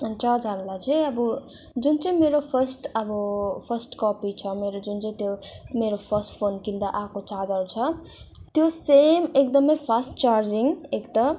अन्त चार्ज हाल्दा चाहिँ अब जुन चाहिँ मेरो फर्स्ट अब फर्स्ट कपी छ मेरो जुन चाहिँ त्यो मेरो फर्स्ट फोन किन्दा आएको चार्जर छ त्यो सेम एकदमै फास्ट चार्जिङ एक त